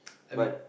but